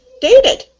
dated